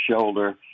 shoulder